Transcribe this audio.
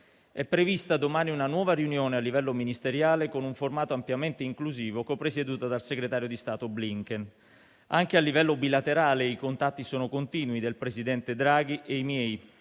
È prevista domani una nuova riunione a livello ministeriale con un formato ampiamente inclusivo copresieduta dal segretario di Stato Blinken. Anche a livello bilaterale i contatti sono continui, del presidente Draghi e i miei.